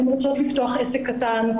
הן רוצות לפתוח עסק קטן,